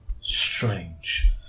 strange